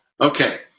Okay